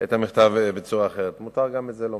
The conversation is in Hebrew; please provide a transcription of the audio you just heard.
את המכתב בצורה אחרת, מותר גם את זה לומר.